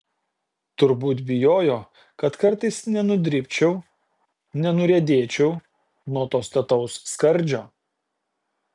turbūt bijojo kad kartais nenudribčiau nenuriedėčiau nuo to stataus skardžio